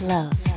Love